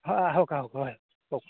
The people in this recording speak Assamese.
হয় আহক আহক হয় কওক